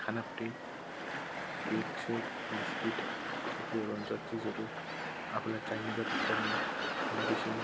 खानापट्टि cake सेक biscuit के के रहन्छ चिजहरू आफूलाई चाहिने जरुरत पर्ने मेडिसिन